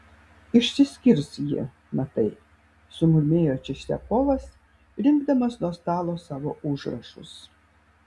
išsiskirs ji matai sumurmėjo čistiakovas rinkdamas nuo stalo savo užrašus